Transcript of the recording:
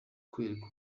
kwereka